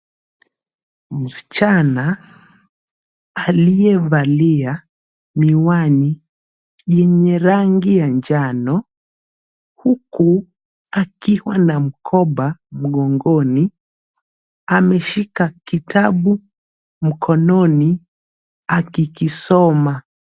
Msichana aliyevalia miwani yenye rangi ya njano huku akiwa na mkoba mgongoni, ameshika kitabu mkononi akikisoma.